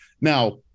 Now